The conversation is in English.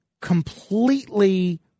completely